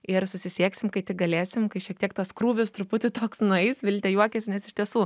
ir susisieksim kai tik galėsim kai šiek tiek tas krūvis truputį toks nueis viltė juokiasi nes iš tiesų